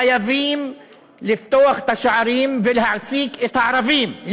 חייבים לפתוח את השערים ולהעסיק את הערבים,